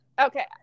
Okay